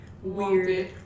weird